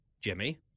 Jimmy